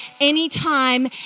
anytime